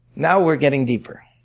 now we're getting deeper.